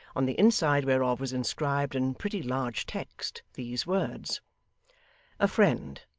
on the inside whereof was inscribed in pretty large text these words a friend.